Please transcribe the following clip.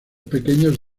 pequeños